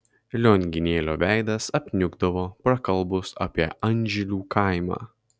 lionginėlio veidas apniukdavo prakalbus apie anžilių kaimą